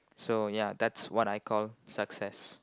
so ya that's what I call success